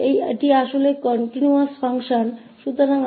यह वास्तव में इस continuous फंक्शन के लिए जाता है